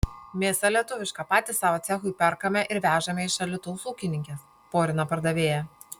mėsa lietuviška patys savo cechui perkame ir vežame iš alytaus ūkininkės porina pardavėja